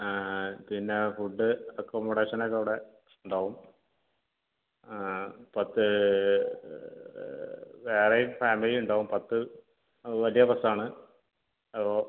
പിന്നെ ഫുഡ്ഡ് അക്കോമഡേഷനൊക്കെ അവിടെ ഉണ്ടാവും പത്ത് വേറെയും ഫാമിലിയുണ്ടാവും പത്ത് വലിയ ബെസ്സാണ് അപ്പോൾ